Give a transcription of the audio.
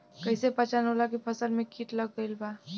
कैसे पहचान होला की फसल में कीट लग गईल बा?